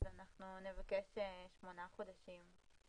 אנחנו נבקש שמונה חודשים.